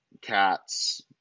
cats